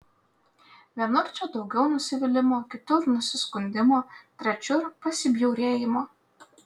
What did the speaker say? vienur čia daugiau nusivylimo kitur nusiskundimo trečiur pasibjaurėjimo